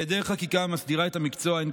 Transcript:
בהיעדר חקיקה המסדירה מקצוע זה,